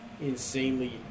insanely